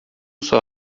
sua